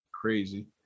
Crazy